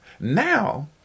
Now